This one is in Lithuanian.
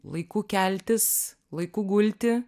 laiku keltis laiku gulti